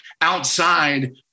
outside